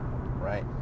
right